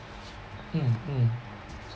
mm mm